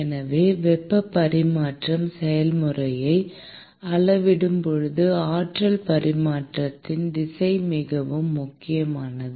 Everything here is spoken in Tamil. எனவே வெப்ப பரிமாற்ற செயல்முறையை அளவிடும் போது ஆற்றல் பரிமாற்றத்தின் திசை மிகவும் முக்கியமானது